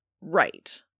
Right